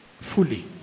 Fully